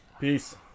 Peace